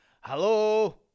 Hello